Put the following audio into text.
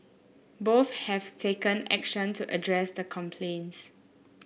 both have taken action to address the complaints